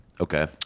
Okay